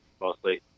mostly